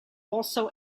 also